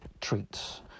treats